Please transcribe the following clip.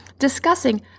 discussing